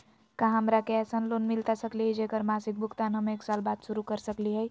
का हमरा के ऐसन लोन मिलता सकली है, जेकर मासिक भुगतान हम एक साल बाद शुरू कर सकली हई?